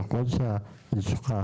ככל שהלשכה